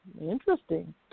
Interesting